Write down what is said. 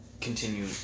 continue